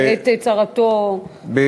בעת צרתו, קושיו.